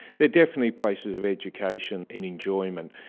they are definitely places of education and enjoyment.